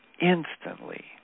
instantly